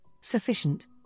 sufficient